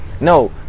No